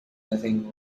nothing